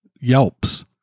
yelps